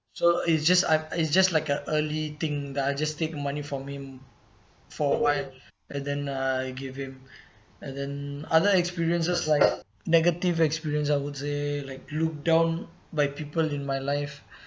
so it's just I it's just like a early thing that I just take the money from him for awhile and then I give him and then other experiences like negative experience I would say like looked down by people in my life